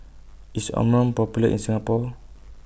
IS Omron Popular in Singapore